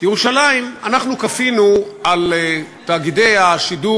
ירושלים, אנחנו כפינו על תאגידי השידור